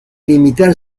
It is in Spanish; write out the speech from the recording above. limitar